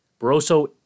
Barroso